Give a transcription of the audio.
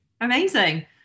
Amazing